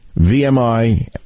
VMI